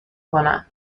کنن